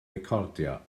recordio